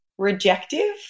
rejective